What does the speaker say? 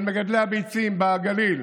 על מגדלי הביצים בגליל,